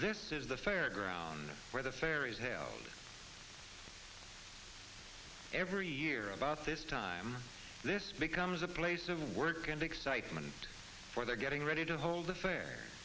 this is the fairground where the fairy tale every year about this time this becomes a place of work and excitement for they're getting ready to hold the fire